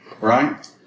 right